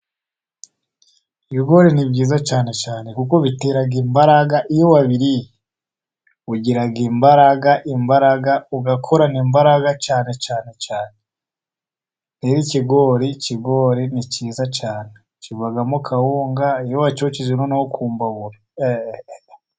Ibigori ni byiza cyane cyane. Kuko bite imbaraga iyo wabiriye，ugira imbaraga，imbaraga，ugakorana imbaraga cyane cyane cyane. ikigori， ikigori ni cyiza cyane， kivamo kawunga，iyo wacyokeje noneho ku mbabura.